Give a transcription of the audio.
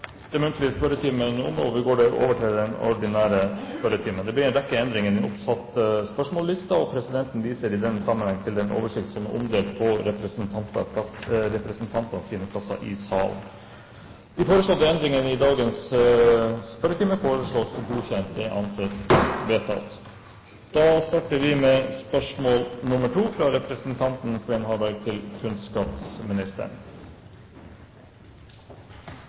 den muntlige spørretimen omme, og vi går over til den ordinære spørretimen. Det blir en rekke endringer i den oppsatte spørsmålslisten, og presidenten viser i den sammenheng til den oversikten som er omdelt på representantenes plasser i salen. De foreslåtte endringer i dagens spørretime foreslås godkjent. – Det anses vedtatt. Endringene var som følger: Spørsmål 1, fra representanten Hans Olav Syversen til